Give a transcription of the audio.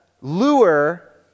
lure